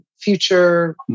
future